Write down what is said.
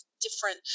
different